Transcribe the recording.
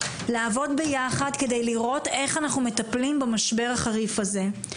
לעבוד ביחד כדי לראות איך אנחנו מטפלים במשבר החריף הזה.